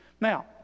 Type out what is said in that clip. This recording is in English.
now